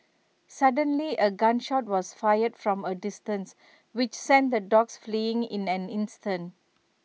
suddenly A gun shot was fired from A distance which sent the dogs fleeing in an instant